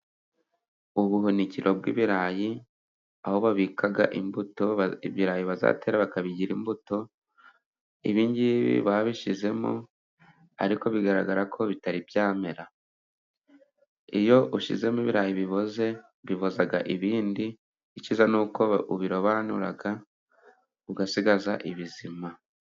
Ubuhunikiro bw'ibirayi, aho babika imbuto ibirayi bazatera bakabigira imbuto, ibingibi babishyizemo, ariko bigaragara ko bitari byamera. Iyo ushyizemo ibirayi biboze biboza ibindi, ikiza ni uko ubirobanura, ugasigaza ibizima.